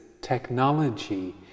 technology